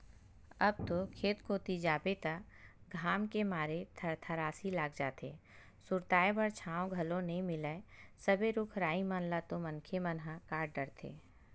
अब तो खेत कोती जाबे त घाम के मारे थरथरासी लाग जाथे, सुरताय बर छांव घलो नइ मिलय सबे रुख राई मन ल तो मनखे मन ह काट डरथे